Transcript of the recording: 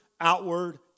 outward